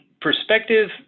perspective